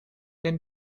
den